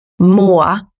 more